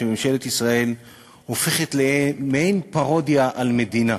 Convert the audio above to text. שממשלת ישראל הופכת למעין פרודיה על מדינה.